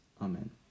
Amen